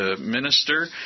minister